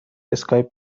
اسکایپ